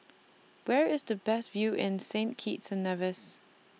Where IS The Best View in Saint Kitts and Nevis